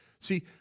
See